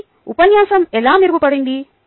కాబట్టి ఉపన్యాసం ఎలా మెరుగుపడింది